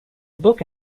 book